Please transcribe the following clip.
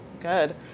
Good